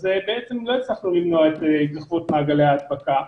אז בעצם לא הצלחנו למנוע את התרחבות מעגלי הדבקה.